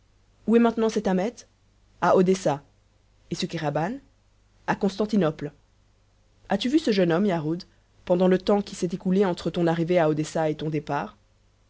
où est maintenant cet ahmet a odessa et ce kéraban a constantinople as-tu vu ce jeune homme yarhud pendant le temps qui s'est écoulé entre ton arrivée à odessa et ton départ